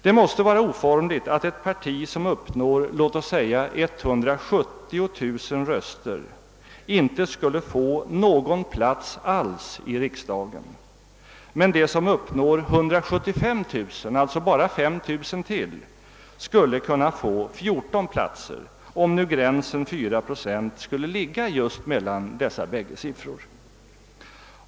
Det måste vara oformligt att ett parti som uppnår låt oss säga 170 000 röster inte skulle få någon plats alls i riksdagen, medan det parti som uppnår 175 000 röster däremot får 14 platser, om nu gränsen 4 procent skulle ligga just mellan dessa siffror.